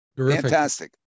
Fantastic